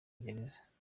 gereza